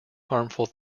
harmful